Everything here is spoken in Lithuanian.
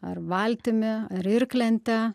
ar valtimi ar irklente